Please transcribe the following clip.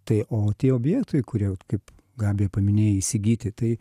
tai o tie objektai kurie vat kaip gabija paminėjai įsigyti tai